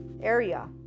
area